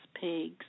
pigs